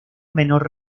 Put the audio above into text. menor